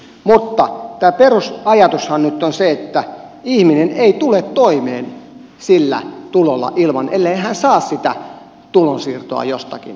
mutta tämä perusajatushan nyt on se että ihminen ei tule toimeen sillä tulolla ilman että hän saa sitä tulonsiirtoa jostakin